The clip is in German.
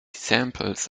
samples